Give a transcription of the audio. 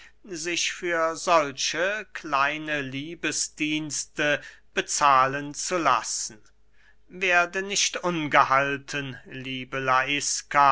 sich für solche kleine liebesdienste bezahlen zu lassen werde nicht ungehalten liebe laiska